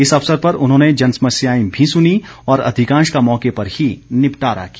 इस अवसर पर उन्होंने जनसमस्याएं सुनीं और अधिकांश का मौके पर ही निपटारा किया